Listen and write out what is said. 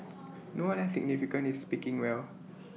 no less significant is speaking well